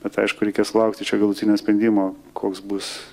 bet aišku reikės laukti čia galutinio sprendimo koks bus